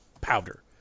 powder